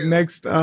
Next